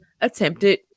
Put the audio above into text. attempted